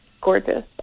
gorgeous